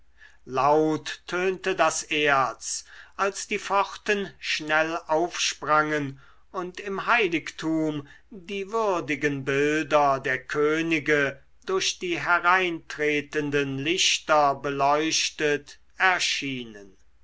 laut tönte das erz als die pforten schnell aufsprangen und im heiligtum die würdigen bilder der könige durch die hereintretenden lichter beleuchtet erschienen